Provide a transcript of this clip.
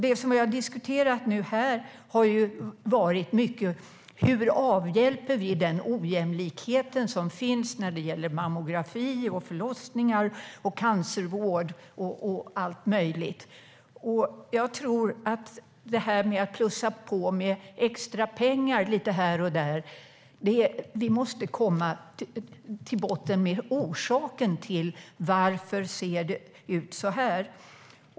Det som vi nu har diskuterat här har handlat mycket om hur vi avhjälper den ojämlikhet som finns när det gäller mammografi, förlossningar, cancervård och allt möjligt. Jag tror inte att det räcker att bara plussa på med extra pengar lite här och där. Vi måste komma till botten med orsaken till att det ser ut som det gör.